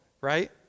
right